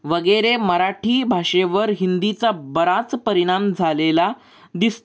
वगैरे मराठी भाषेवर हिंदीचा बराच परिणाम झालेला दिसतो